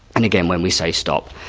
and again, when we say stop,